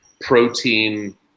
protein